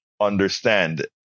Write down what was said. understand